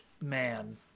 man